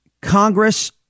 Congress